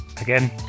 again